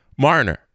Marner